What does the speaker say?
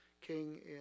king